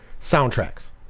soundtracks